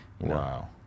Wow